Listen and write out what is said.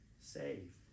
save